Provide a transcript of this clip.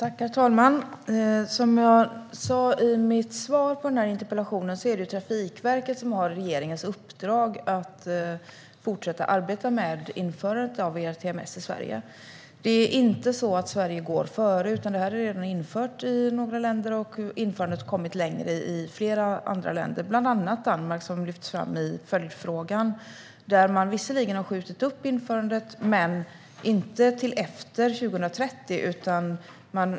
Herr talman! Som jag sa i mitt svar på interpellationen är det Trafikverket som har regeringens uppdrag att fortsätta att arbeta med införandet av ERTMS i Sverige. Det är inte så att Sverige går före, utan detta är redan infört i några länder. Införandet har också kommit längre i flera andra länder, bland andra Danmark, som lyfts fram i följdfrågan. Där har man visserligen skjutit upp införandet, men inte till efter 2030.